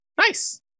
Nice